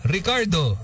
Ricardo